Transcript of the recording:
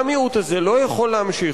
והמיעוט הזה לא יכול להמשיך,